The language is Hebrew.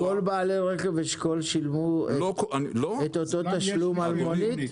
--- כל בעלי רכב אשכול שילמו את אותו תשלום על מונית?